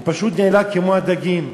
הוא פשוט נעלם כמו הדגים.